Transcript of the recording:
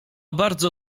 bardzo